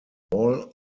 all